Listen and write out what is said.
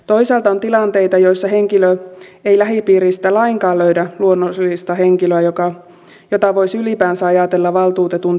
toisaalta on tilanteita joissa henkilö ei lähipiiristään lainkaan löydä luonnollista henkilöä jota voisi ylipäänsä ajatella valtuutetun tehtävään